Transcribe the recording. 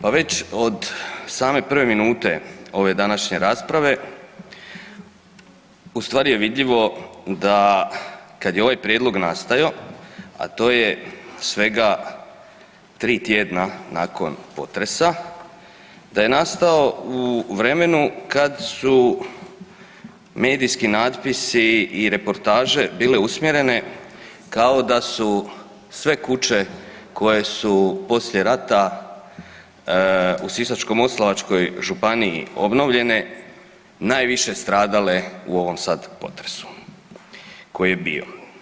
Pa već od same prve minute ove današnje rasprave, ustvari je vidljivo da kad je ovaj prijedlog nastajao a to je svega tri tjedna nakon potresa, da je nastao u vremenu kad su medijski natpisi i reportaže bile usmjerene kao da su sve kuće koje su poslije rata u Sisačko-moslavačkoj županiji obnovljene, najviše stradale u ovom sad potresu koji je bio.